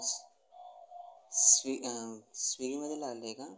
स् स्वि स्विगीमध्ये लागले आहे का